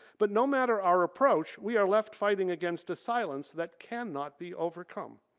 but no matter our approach we are left fighting against a silence that cannot be overcome.